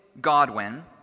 Godwin